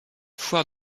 foire